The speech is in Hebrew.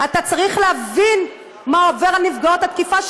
אתה צריך להבין מה עובר על נפגעות תקיפה,